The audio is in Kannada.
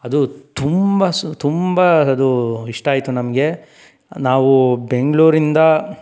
ಅದು ತುಂಬ ಸು ತುಂಬ ಅದು ಇಷ್ಟ ಆಯಿತು ನಮಗೆ ನಾವು ಬೆಂಗಳೂರಿಂದ